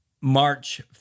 March